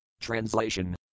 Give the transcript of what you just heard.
Translation